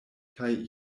kaj